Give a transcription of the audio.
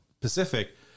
Pacific